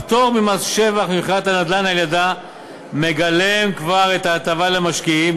הפטור ממס שבח ממכירת הנדל"ן על-ידיה מגלם כבר את ההטבה למשקיעים,